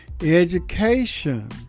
Education